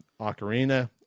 ocarina